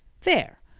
there!